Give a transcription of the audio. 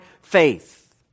faith